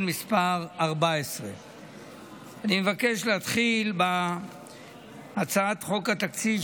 מס' 14). אני מבקש להתחיל בהצעת חוק התקציב,